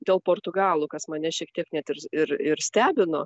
dėl portugalų kas mane šiek tiek net ir ir ir stebino